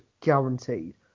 guaranteed